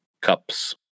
cups